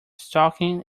stalking